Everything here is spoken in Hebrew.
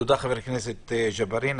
תודה, חבר הכנסת ג'בארין.